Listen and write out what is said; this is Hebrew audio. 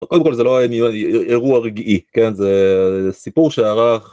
אבל קודם כל זה לא אירוע רגעי, זה סיפור שארך